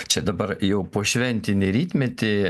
čia dabar jau pošventinį rytmetį